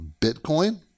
Bitcoin